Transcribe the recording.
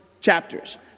chapters